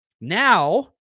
Now